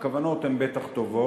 הכוונות הן בטח טובות.